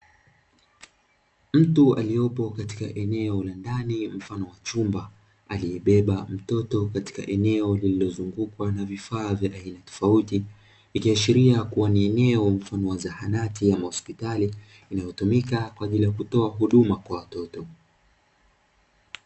Mtu aliyopo katika eneo la ndani mfano wa chumba aliyebeba mtoto katika eneo lilozungukwa na vifaa vya aina tofauti ikiashiria kuwa ni eneo mfano wa zahanati ama hospitali inayotumika kwaajili ya kutoa huduma kwa watoto.